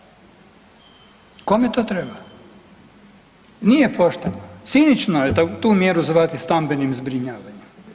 Nije pošteno, cinično je da tu mjeru zvati stambenim zbrinjavanjem.